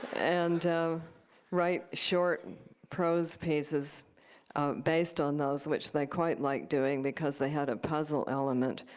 and write short prose pieces based on those, which they quite liked doing because they had a puzzle element.